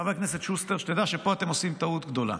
חבר הכנסת שוסטר, שתדע שפה אתם עושים טעות גדולה,